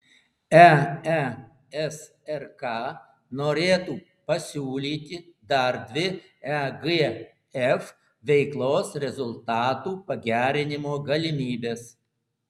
eesrk norėtų pasiūlyti dar dvi egf veiklos rezultatų pagerinimo galimybes